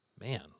man